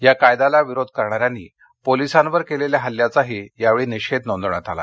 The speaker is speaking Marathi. या कायद्याला विरोध करणाऱ्यांनी पोलिसांवर केलेल्या हल्ल्याचाही यावेळी निषेध नोंदवण्यात आला